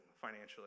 financially